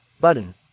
button